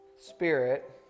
spirit